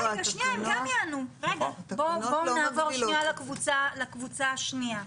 נעבור לקבוצה השנייה.